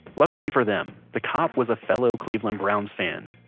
luckily for them, the cop was a fellow cleveland browns fan,